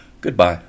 Goodbye